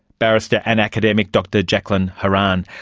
barrister and academic dr jacqueline horan.